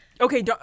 Okay